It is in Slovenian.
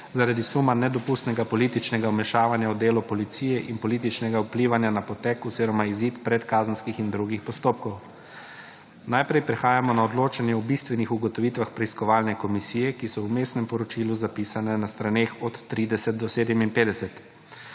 zaradi suma nedopustnega političnega vmešavanja v delo policije in političnega vplivanja na potek oziroma izid predkazenskih in drugih postopkov. Najprej prehajamo na odločanje o bistvenih ugotovitvah preiskovalne komisije, ki so v Vmesnem poročilu zapisane na straneh od 30 do 57.